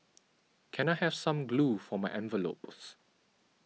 can I have some glue for my envelopes